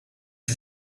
you